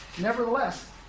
Nevertheless